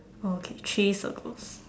okay three circles